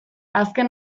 azken